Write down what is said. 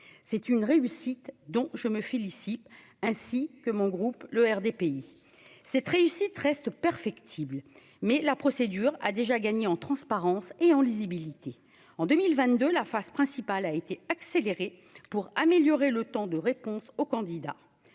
c'est une réussite dont je me félicite ainsi que mon groupe le RDPI cette réussite reste perfectible, mais la procédure a déjà gagné en transparence et en lisibilité en 2022 la phase principale a été accéléré pour améliorer le temps de réponse aux candidats